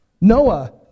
Noah